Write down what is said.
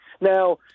Now